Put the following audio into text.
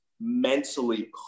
mentally